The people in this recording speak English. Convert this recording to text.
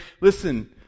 listen